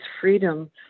freedom